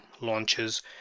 launches